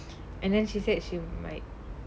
and then she said she might